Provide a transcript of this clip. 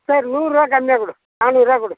சரி நூறுபா கம்மியாக கொடு நானூறுவா கொடு